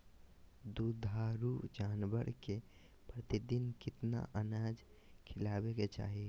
दुधारू जानवर के प्रतिदिन कितना अनाज खिलावे के चाही?